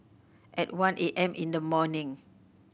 at one A M in the morning